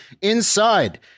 Inside